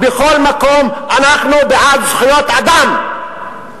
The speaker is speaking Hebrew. בכל מקום אנחנו בעד זכויות אדם,